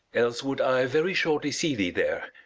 else would i very shortly see thee there.